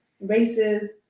races